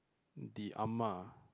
the Ah Ma